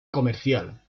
comercial